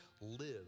live